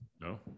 no